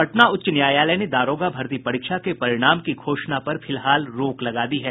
पटना उच्च न्यायालय ने दारोगा भर्ती परीक्षा के परिणाम की घोषणा पर फिलहाल रोक लगा दी है